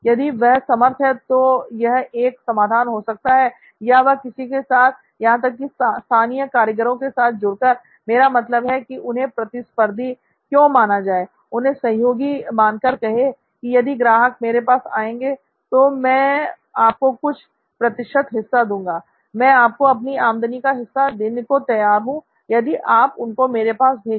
यदि वह समर्थ है तो यह एक समाधान हो सकता है या वह किसी के साथ यहां तक कि स्थानीय कारीगरों के साथ जुड़कर मेरा मतलब है कि उन्हें प्रतिस्पर्धी क्यों माना जाए उन्हें सहयोगी मानकर कहे कि यदि ग्राहक मेरे पास आएंगे तो मैं आपको कुछ प्रतिशत हिस्सा दूँगा मैं आपको अपनी आमदनी का हिस्सा देने को तैयार हूं यदि आप उनको मेरे पास भेजें